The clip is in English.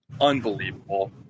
unbelievable